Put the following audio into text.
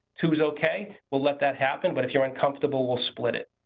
two is okay, we'll let that happen, but if you're uncomfortable we'll split it.